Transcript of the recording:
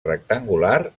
rectangular